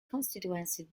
constituency